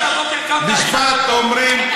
משפט, ידעתי שהבוקר קמת על צד שמאל.